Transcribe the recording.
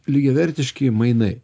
lygiavertiški mainai